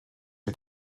wir